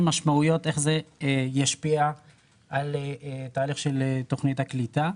משמעויות איך זה ישפיע על תהליך של תוכנית הקליטה.